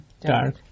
dark